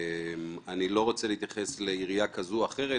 אני לא רוצה להתייחס לעירייה כזאת או אחרת,